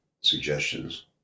suggestions